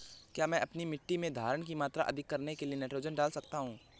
क्या मैं अपनी मिट्टी में धारण की मात्रा अधिक करने के लिए नाइट्रोजन डाल सकता हूँ?